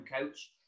coach